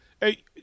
Hey